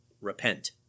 Repent